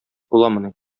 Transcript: буламыни